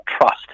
trust